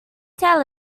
tell